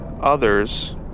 others